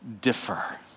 differ